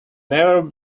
never